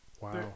wow